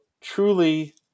truly